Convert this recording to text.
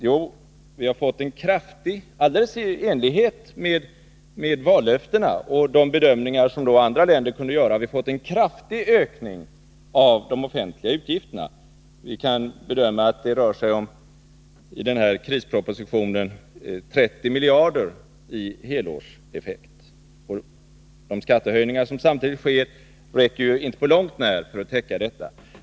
Ja, helt i linje med vallöftena och de bedömningar som 26 november 1982 andra länder då kunde göra har vi fått en kraftig ökning av de offentliga utgifterna. Vi kan bedöma att det som föreslagits i krispropositionen innebär Om reaktionerna ca 30 miljarder i helårseffekt. Och de skattehöjningar som samtidigt sker utomlands på den räcker inte på långt när för att täcka detta.